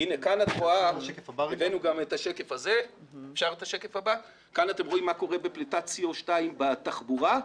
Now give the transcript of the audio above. הבאנו גם את השקף הזה ובו אתם יכולים לראות מה קורה בפליטת Co2 בתחבורה.